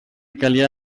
calia